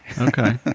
Okay